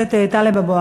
הכנסת טלב אבו